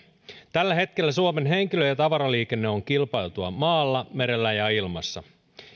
tällä hetkellä suomen henkilö ja tavaraliikenne on kilpailtua maalla merellä ja ilmassa